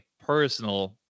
personal